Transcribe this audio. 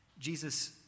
Jesus